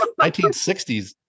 1960s